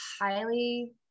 highly